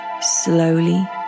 slowly